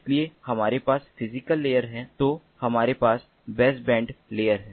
इसलिए हमारे पास फिजीकल लेयर है तो हमारे पास बेसबैंड लेयर है